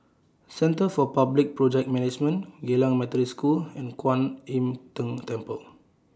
Centre For Public Project Management Geylang Methodist School Kwan Im Tng Temple